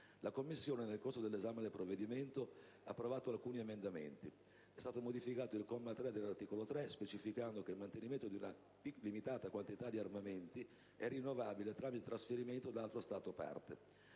La Commissione, nel corso dell'esame del provvedimento, ha approvato alcuni emendamenti. È stato modificato il comma 3 dell'articolo 3 specificando che il mantenimento di una limitata quantità di armamenti è rinnovabile tramite trasferimento da altro Stato-parte.